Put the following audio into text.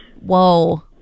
Whoa